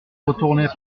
retournait